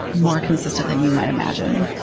more consistent than you might imagine.